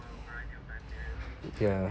ya